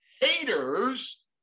haters